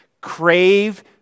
crave